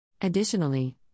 Additionally